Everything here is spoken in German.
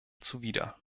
zuwider